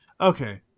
Okay